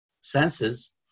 senses